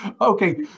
Okay